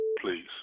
please